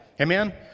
Amen